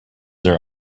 are